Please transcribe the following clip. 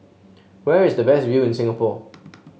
where is the best view in Singapore